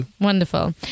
Wonderful